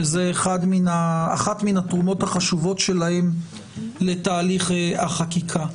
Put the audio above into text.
שזו אחת מהתרומות החשובות שלהם לתהליך החקיקה.